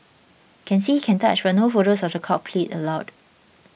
can see can touch but no photos of the cockpit allowed